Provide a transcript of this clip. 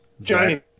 Johnny